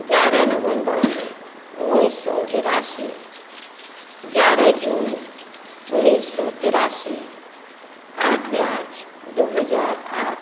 एगारह नवम्बर उन्नीस सए बेरासी एगारह जून उन्नीस सए तेरासी आठ मार्च दू हजार आठ